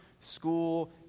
school